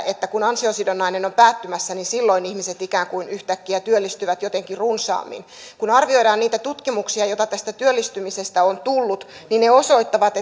että kun ansiosidonnainen on päättymässä niin silloin ihmiset ikään kuin yhtäkkiä työllistyvät jotenkin runsaammin kun arvioidaan niitä tutkimuksia joita tästä työllistymisestä on tullut niin ne osoittavat